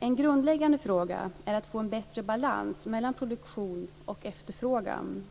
En grundläggande fråga är att få en bättre balans mellan produktion och efterfrågan.